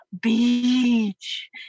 beach